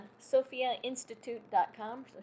sophiainstitute.com